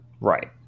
Right